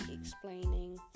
explaining